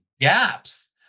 gaps